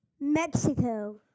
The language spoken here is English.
Mexico